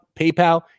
PayPal